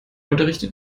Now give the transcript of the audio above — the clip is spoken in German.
unterrichtet